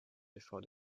before